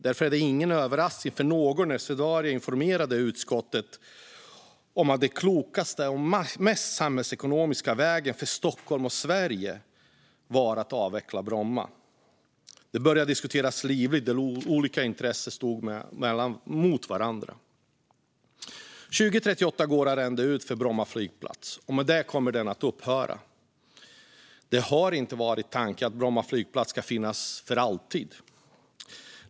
Därför var det ingen överraskning för någon när Swedavia informerade utskottet om att den klokaste och samhällsekonomiskt bästa vägen för Stockholm och Sverige var att avveckla Bromma. Det började att diskuteras livligt, och olika intressen stod mot varandra. År 2038 går arrendet ut för Bromma flygplats, och med detta kommer den att upphöra. Tanken har inte varit att Bromma flygplats ska finnas för alltid.